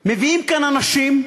מביאים כאן אנשים,